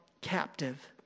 captive